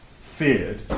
feared